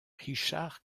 richard